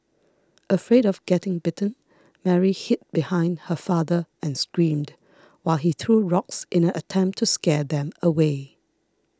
afraid of getting bitten Mary hid behind her father and screamed while he threw rocks in an attempt to scare them away